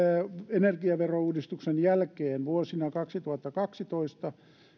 energiaverouudistuksen jälkeen vuosina kaksituhattakaksitoista